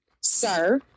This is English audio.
sir